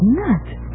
nuts